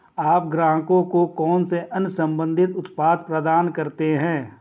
आप ग्राहकों को कौन से अन्य संबंधित उत्पाद प्रदान करते हैं?